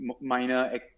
minor